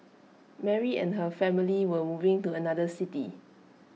Mary and her family were moving to another city